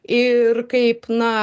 ir kaip na